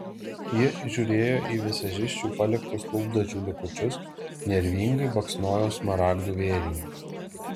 ji žiūrėjo į vizažisčių paliktus lūpdažių likučius nervingai baksnojo smaragdų vėrinį